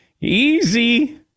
Easy